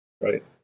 right